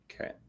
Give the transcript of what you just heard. Okay